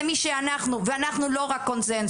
זה מי שאנחנו ואנחנו לא רק קונצנזוס.